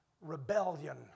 rebellion